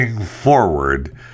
forward